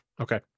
okay